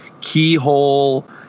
keyhole